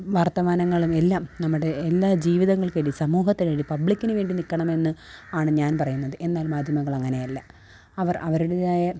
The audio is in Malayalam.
വര്ത്തമാനങ്ങളും എല്ലാം നമ്മുടെ എല്ലാ ജീവിതങ്ങള്ക്കിനി സമൂഹത്തിനൊരു പബ്ലിക്കിന് വേണ്ടി നിൽക്കണമെന്ന് ആണ് ഞാന് പറയുന്നത് എന്നാല് മാധ്യമങ്ങളങ്ങനെയല്ല അവര് അവരുടേതായ